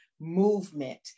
movement